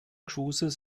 cruises